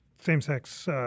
same-sex